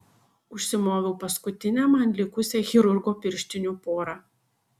užsimoviau paskutinę man likusią chirurgo pirštinių porą